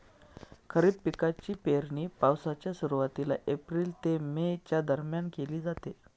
खरीप पिकांची पेरणी पावसाच्या सुरुवातीला एप्रिल ते मे च्या दरम्यान केली जाते